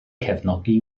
cefnogi